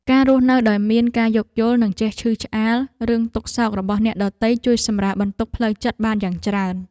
ការរស់នៅដោយមានការយោគយល់និងចេះឈឺឆ្អាលរឿងទុក្ខសោករបស់អ្នកដទៃជួយសម្រាលបន្ទុកផ្លូវចិត្តបានយ៉ាងច្រើន។